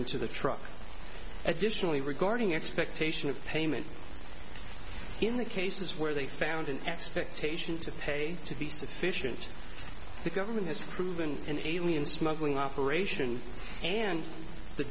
into the truck additionally regarding expectation of payment in the cases where they found an expectation to pay to be sufficient the government has proven an alien smuggling